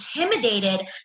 intimidated